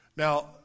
Now